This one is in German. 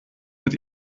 mit